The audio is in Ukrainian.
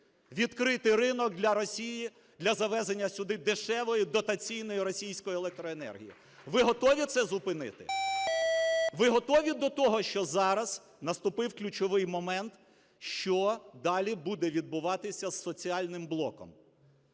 відкрити ринок для Росії для завезення сюди дешевої дотаційної російської електроенергії. Ви готові це зупинити? Ви готові до того, що зараз наступив ключовий момент, що далі буде відбуватися з соціальним блоком?